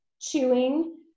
chewing